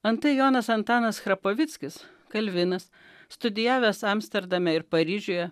antai jonas antanas chrapovickis kalvinas studijavęs amsterdame ir paryžiuje